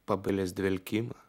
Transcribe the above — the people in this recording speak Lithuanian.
pabelis dvelkimą